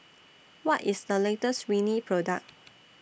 What IS The latest Rene Product